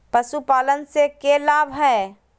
पशुपालन से के लाभ हय?